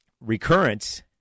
recurrence